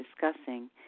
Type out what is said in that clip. discussing